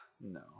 No